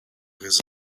his